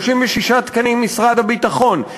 36 תקנים ממשרד הביטחון,